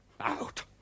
Out